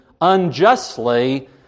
unjustly